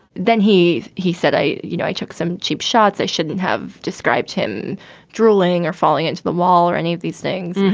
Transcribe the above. then he he said, i you know, i took some cheap shots. i shouldn't have described him drooling or falling into the wall or any of these things.